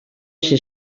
ser